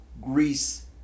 Greece